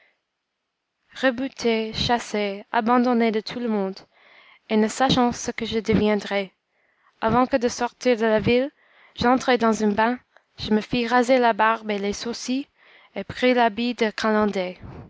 rebuté chassé abandonné de tout le monde et ne sachant ce que je deviendrais avant que de sortir de la ville j'entrai dans un bain je me fis raser la barbe et les sourcils et pris l'habit